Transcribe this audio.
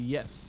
Yes